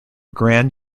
grand